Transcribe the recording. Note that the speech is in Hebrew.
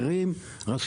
ובטח